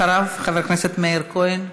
אחריו, חבר הכנסת מאיר כהן.